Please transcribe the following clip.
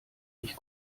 ich